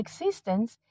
Existence